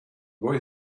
boy